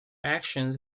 actions